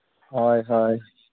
ᱦᱳᱭ ᱦᱳᱭ